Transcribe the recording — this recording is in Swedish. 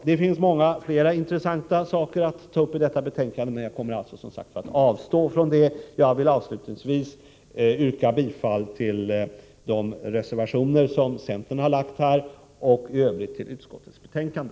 Det finns många fler intressanta saker att ta upp i detta betänkande, men jag kommer, som sagt, att avstå från det. Jag vill avslutningsvis yrka bifall till de reservationer som centern har lagt fram och i övrigt till hemställan i utskottets betänkande.